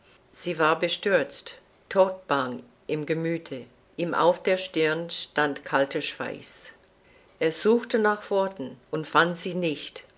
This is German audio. sie war bestürzt todbang im gemüthe ihm auf der stirn stand kalter schweiß er suchte nach worten und fand sie nicht